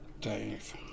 Dave